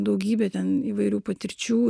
daugybė ten įvairių patirčių